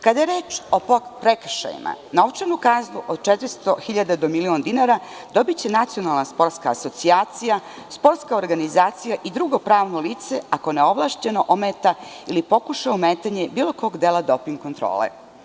Kada je reč o prekršajima, novčanu kaznu od 400.000 do 1.000.000 dinara dobiće Nacionalna sportska asocijacija, sportska organizacija i drugo pravno lice ako neovlašćeno ometa ili pokuša ometanje bilo kog dela doping kontrole.